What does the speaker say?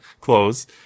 close